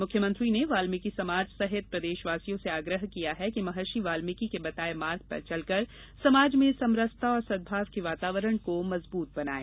मुख्यमंत्री ने वाल्मीकि समाज सहित प्रदेशवासियों से आग्रह किया कि महर्षि वाल्मीकि के बताये मार्ग पर चलकर समाज में समरसता और सद्भाव के वातावरण को मजबूत बनायें